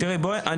אני